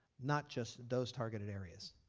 not just those target areas.